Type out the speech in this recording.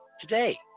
today